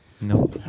No